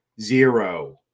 zero